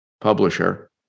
publisher